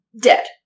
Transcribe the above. Dead